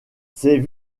c’est